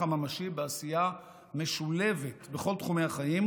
הממשי בעשייה משולבת בכל תחומי החיים,